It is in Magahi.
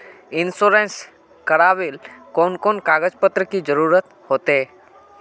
इंश्योरेंस करावेल कोन कोन कागज पत्र की जरूरत होते?